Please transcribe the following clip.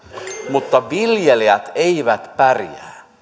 mutta viljelijät eivät pärjää